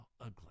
ugly